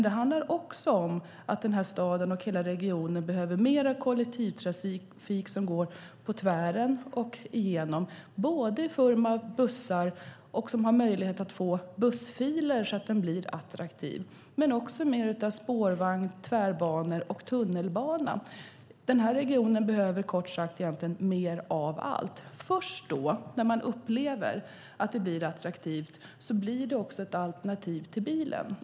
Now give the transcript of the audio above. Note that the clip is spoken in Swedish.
Det handlar också om att staden och hela regionen behöver mer kollektivtrafik som går på tvären och igenom. Det ska vara i form av bussar som ska ha möjlighet till bussfiler så att buss blir mer attraktivt, men också i form av spårvagn, tvärbanor och tunnelbana. Denna region behöver kort sagt egentligen mer av allt. Först när man upplever att kollektivtrafiken blir attraktiv blir den ett alternativ till bilen.